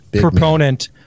Proponent